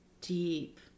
deep